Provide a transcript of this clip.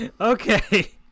Okay